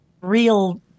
real